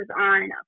on